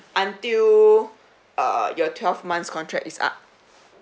until err your twelve months contract is up